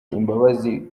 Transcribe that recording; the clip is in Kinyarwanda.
imbabazi